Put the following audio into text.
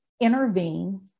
intervene